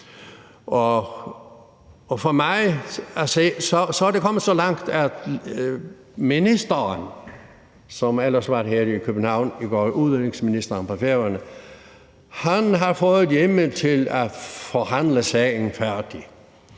Og for mig at se er det kommet så langt, at ministeren, som ellers var her i København i går, altså udenrigsministeren på Færøerne, har fået hjemmel til at forhandle sagen færdig.